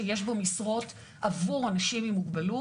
שיש בו משרות עבור אנשים עם מוגבלות.